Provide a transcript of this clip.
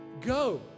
go